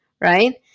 Right